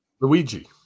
Luigi